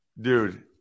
Dude